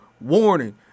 warning